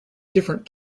different